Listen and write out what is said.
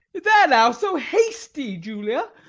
there now! so hasty, julia!